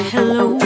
Hello